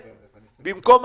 בבקשה?